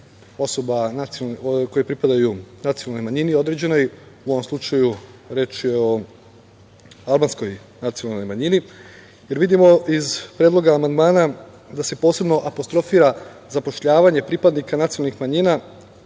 osoba koje pripadaju određenoj nacionalnoj manjini, u ovom slučaju reč je o albanskoj nacionalnoj manjini, jer vidimo iz predloga amandmana da se posebno apostrofira zapošljavanje pripadnika nacionalnih manjina